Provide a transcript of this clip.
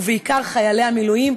ובעיקר חיילי המילואים,